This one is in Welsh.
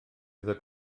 iddo